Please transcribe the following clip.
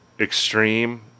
extreme